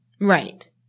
right